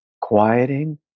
quieting